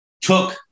took